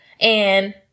and-